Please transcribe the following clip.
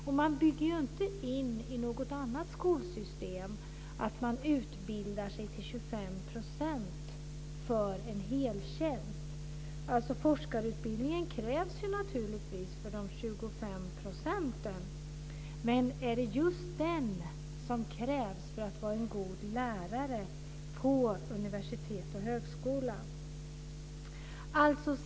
Vi bygger ju inte in i något annat skolsystem att man utbildar sig till 25 % för en hel tjänst. Forskarutbildningen krävs naturligtvis för de 25 procenten, men är det just den som krävs för att vara en god lärare på universitet och högskola?